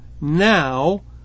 now